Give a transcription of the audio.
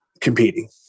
competing